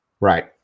right